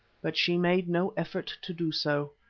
but she made no effort to do so.